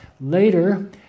Later